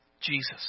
Jesus